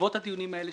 שבעקבות הדיונים שלנו